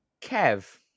Kev